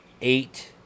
Eight